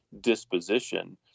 disposition